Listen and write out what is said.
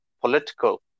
political